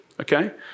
okay